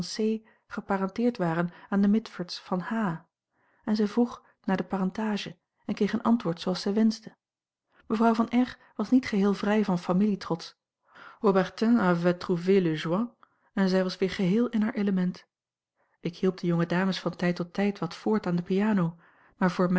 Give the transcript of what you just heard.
geparenteerd waren aan de mitfords van h en zij vroeg naar de parentage en kreeg een antwoord zooals zij wenschte mevrouw v r was niet geheel vrij van familietrots haubertin avait trouvé le joint en zij was weer geheel in haar element ik hielp de jonge dames van tijd tot tijd wat voort aan de piano maar voor